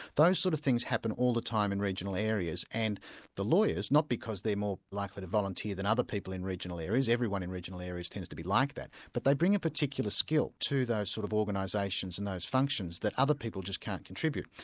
those sort of things happen all the time in regional areas, and the lawyers, not because they're more likely to volunteer than other people in regional areas, everyone in regional areas tends to be like that but they bring a particular skill to those sort of organisations and those functions that other people just can't contribute.